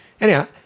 Anyhow